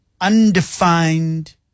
undefined